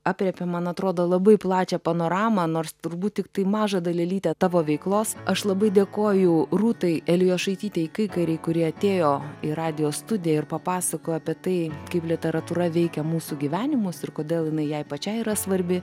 aprėpėm man atrodo labai plačią panoramą nors turbūt tiktai mažą dalelytę tavo veiklos aš labai dėkoju rūtai elijošaitytei kaikarei kuri atėjo į radijo studiją ir papasakojo apie tai kaip literatūra veikia mūsų gyvenimus ir kodėl jinai jai pačiai yra svarbi